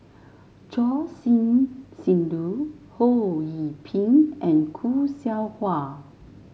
Choor Singh Sidhu Ho Yee Ping and Khoo Seow Hwa